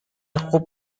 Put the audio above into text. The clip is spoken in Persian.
خوب